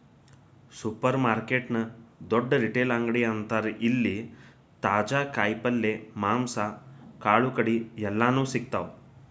supermarket ನ ದೊಡ್ಡ retail ಅಂಗಡಿ ಅಂತಾರ ಇಲ್ಲಿ ತಾಜಾ ಕಾಯಿ ಪಲ್ಯ, ಮಾಂಸ, ಕಾಳುಕಡಿ ಎಲ್ಲಾನೂ ಸಿಗ್ತಾವ